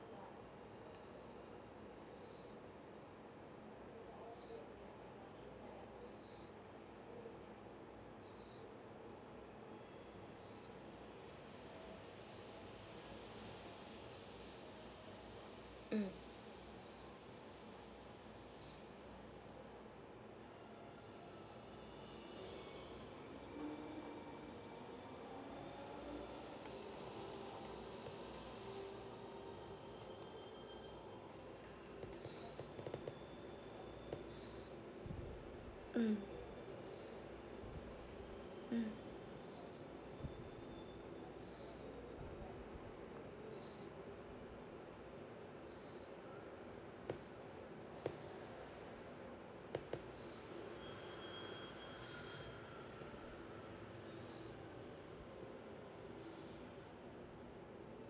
mm mm mm